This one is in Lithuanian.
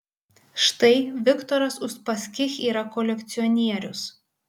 štai viktoras uspaskich yra kolekcionierius